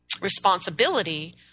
responsibility